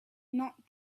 not